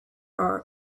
are